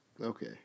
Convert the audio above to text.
Okay